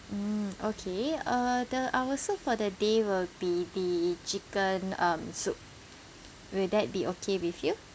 mm okay uh the our soup for the day will be the chicken um soup will that be okay with you